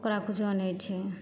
ओकरा किछु नहि होइ छै